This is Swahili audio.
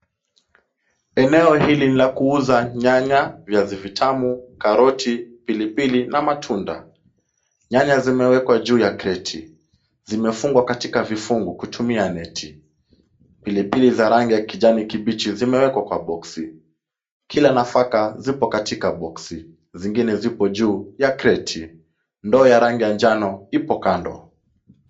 Eneo hili ni la kuuza nyanya, viazi vitamu, karoti, pilipili na matunda. Nyanya zimewekwa juu ya kreti, zimefungwa katika vifungu kutumia neti. Pilipili za rangi ya kijani kibichi zimewekwa kwa boksi. Kila nafaka zipo katika boksi. Zingine zipo juu ya kreti. Ndoo ya rangi ya njano, ipo kando.